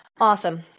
awesome